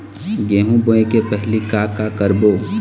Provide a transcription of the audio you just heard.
गेहूं बोए के पहेली का का करबो?